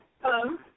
Hello